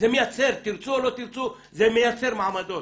תרצו או לא תרצו, זה מייצר מעמדות.